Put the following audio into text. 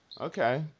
Okay